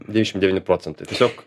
devyšim devyni procentai tiesiog